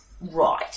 Right